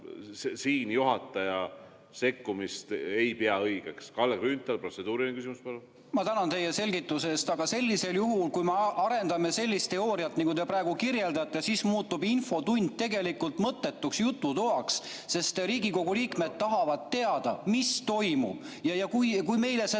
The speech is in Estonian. Siin juhataja ei pea sekkumist õigeks. Kalle Grünthal, protseduuriline küsimus, palun! Ma tänan teid selgituse eest, aga sellisel juhul, kui me arendame sellist teooriat, nagu te praegu kirjeldasite, siis muutub infotund tegelikult mõttetuks jututoaks, sest Riigikogu liikmed tahavad teada, mis toimub, ja kui meile seda